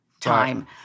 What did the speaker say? time